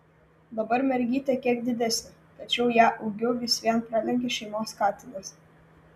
dabar mergytė kiek didesnė tačiau ją ūgiu vis vien pralenkia šeimos katinas